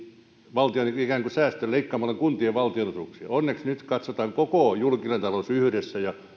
valtio ikään kuin säästi leikkaamalla kuntien valtionosuuksia onneksi nyt katsotaan koko julkinen talous yhdessä ja